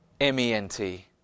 M-E-N-T